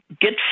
get